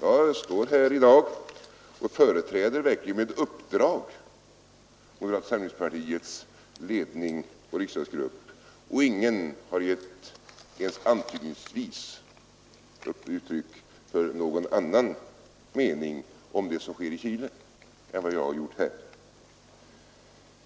Jag står här i dag och företräder verkligen med uppdrag moderata samlingspartiets ledning och riksdagsgrupp, och ingen har ens antydningsvis givit uttryck för någon annan mening om det som sker i Chile än jag har gjort här.